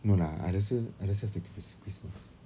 no lah I rasa I rasa first first christmas